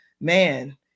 Man